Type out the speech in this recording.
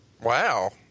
Wow